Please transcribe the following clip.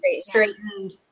straightened